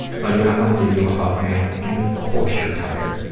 buddy, i want to give you a hug, man, and of course you're tired.